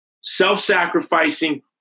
self-sacrificing